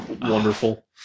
wonderful